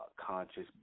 conscious